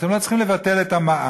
אתם לא צריכים לבטל את המע"מ,